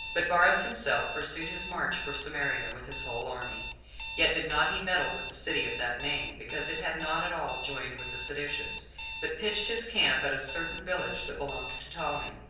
but varus himself pursued his march for samaria with his whole army yet did not he meddle with the city of that name, because it had not at all joined with the seditious but pitched his camp at a certain village that belonged to ptolemy,